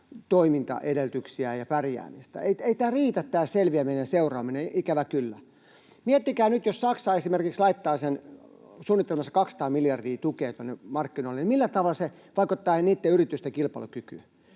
toimintaedellytyksiään ja pärjäämistä, ei tämä selviäminen ja seuraaminen riitä, ikävä kyllä. Miettikää nyt, jos Saksa esimerkiksi laittaa sen suunnittelemansa 200 miljardia tukea tuonne markkinoille, niin millä tavalla se vaikuttaa niitten yritysten kilpailukykyyn.